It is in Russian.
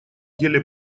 деле